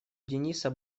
дениса